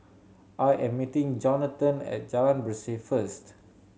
I am meeting Johnathon at Jalan Berseh first